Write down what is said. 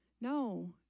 No